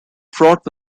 fraught